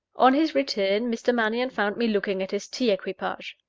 on his return, mr. mannion found me looking at his tea-equipage.